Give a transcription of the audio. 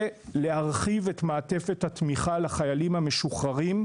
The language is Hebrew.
וכן, להרחיב את מעטפת התמיכה לחיילים המשוחררים,